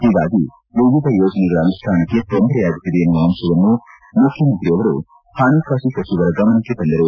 ಹೀಗಾಗಿ ವಿವಿಧ ಯೋಜನೆಗಳ ಅನುಷ್ಠಾನಕ್ಕೆ ತೊಂದರೆಯಾಗುತ್ತದೆ ಎನ್ನುವ ಅಂಶವನ್ನು ಮುಖ್ಯಮಂತ್ರಿಯವರು ವಿತ್ತ ಸಚಿವರ ಗಮನಕ್ಕೆ ತಂದರು